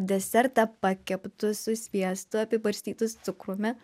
desertą pakeptus su sviestu apibarstytus cukrumi